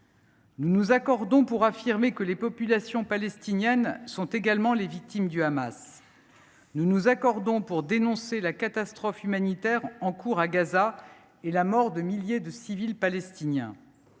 Nous nous accordons pour affirmer que les populations palestiniennes sont également les victimes du Hamas et pour dénoncer la catastrophe humanitaire en cours à Gaza, ainsi que la mort de milliers de civils palestiniens.